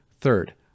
Third